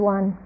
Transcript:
One